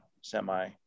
semi